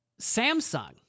Samsung